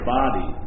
body